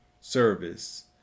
service